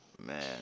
Man